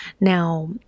now